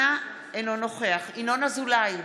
אינו נוכח ינון אזולאי,